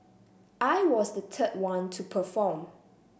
I was the third one to perform